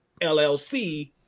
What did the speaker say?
LLC